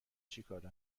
چیکاره